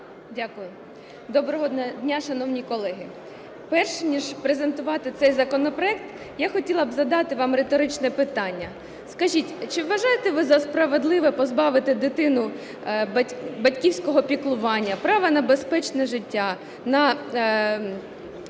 Дякую. Доброго дня, шановні колеги! Перш ніж презентувати цей законопроект, я хотіла б задати вам риторичне питання. Скажіть, чи вважаєте ви за справедливе позбавити дитину батьківського піклування, права на безпечне життя, на